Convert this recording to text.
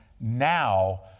now